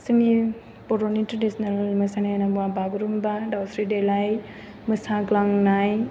जोंनि बर'नि ट्रेडिसनेल मोसानाय होनना बुङोबा बागुरुम्बा दाउस्रि देलाय मोसाग्लांनाय